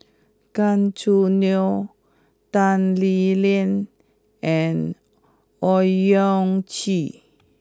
Gan Choo Neo Tan Lee Leng and Owyang Chi